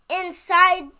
inside